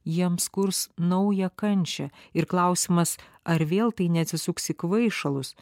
jiems kurs naują kančią ir klausimas ar vėl tai neatsisuks į kvaišalus